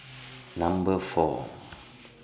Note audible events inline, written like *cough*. *noise* Number four